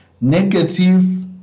negative